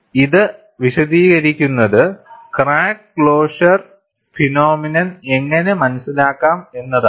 ഇത് വിശദീകരിക്കുന്നത് crack closure phenomenon എങ്ങനെ മനസ്സിലാക്കാം എന്നതാണ്